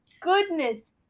goodness